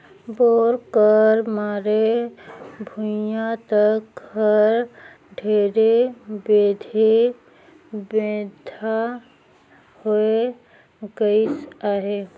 bore कर मारे भुईया तक हर ढेरे बेधे बेंधा होए गइस अहे